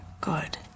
good